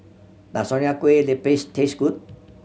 does Nonya Kueh Lapis taste good